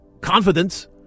Confidence